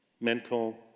mental